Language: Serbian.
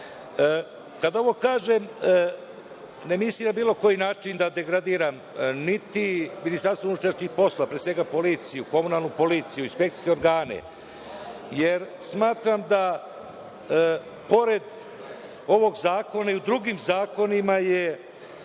ovo kažem, ne mislim na bilo koji način da degradiram niti MUP, pre svega, policiju, komunalnu policiju, inspekcijske organe, jer smatram da pored ovog zakona i u drugim zakonima su